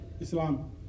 Islam